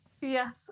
Yes